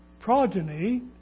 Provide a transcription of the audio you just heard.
progeny